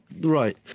Right